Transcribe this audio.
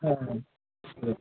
হ্যাঁ